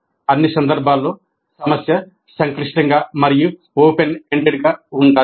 అన్ని సందర్భాల్లో సమస్య సంక్లిష్టంగా మరియు ఓపెన్ ఎండెడ్గా ఉండాలి